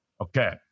Okay